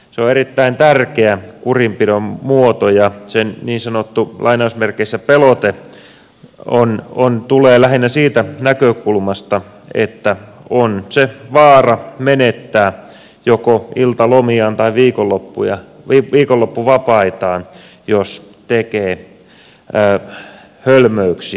se on erittäin tärkeä kurinpidon muoto ja sen niin sanottu pelote tulee lähinnä siitä näkökulmasta että on vaara menettää joko iltalomiaan tai viikonloppuvapaitaan jos tekee hölmöyksiä